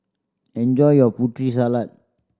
enjoy your Putri Salad